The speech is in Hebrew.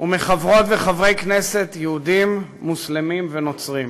ומחברות וחברי כנסת יהודים, מוסלמים ונוצרים.